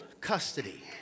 custody